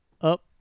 up